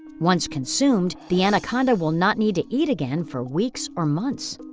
once consumed, the anaconda will not need to eat again for weeks or months.